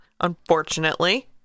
unfortunately